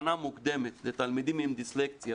אבחנה מוקדמת לתלמידים עם דיסלקציה